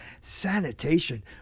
sanitation